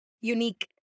unique